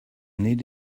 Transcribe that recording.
need